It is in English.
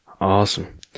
Awesome